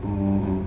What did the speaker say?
oh